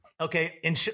okay